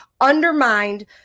undermined